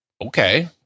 okay